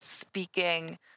Speaking